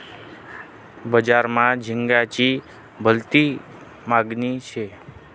बजार मा झिंगाची भलती मागनी शे